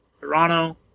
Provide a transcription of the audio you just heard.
Toronto